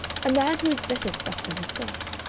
a man who is better stuff than herself.